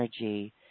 energy